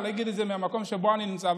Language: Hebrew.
ואני אגיד את זה מהמקום שבו אני נמצא,